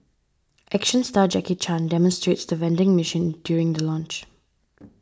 action star Jackie Chan demonstrates the vending machine during the launch